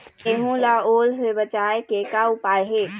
गेहूं ला ओल ले बचाए के का उपाय हे?